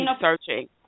searching